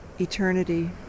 eternity